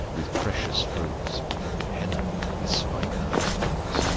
with precious fruits henna with spikenard plants,